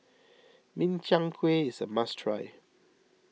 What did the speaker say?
Min Chiang Kueh is a must try